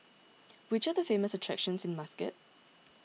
which are the famous attractions in Muscat